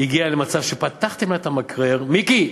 הגיע למצב שפתחתם לה את המקרר, מיקי,